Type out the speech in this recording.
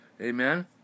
Amen